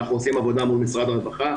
אנחנו עושים עבודה מול משרד הרווחה,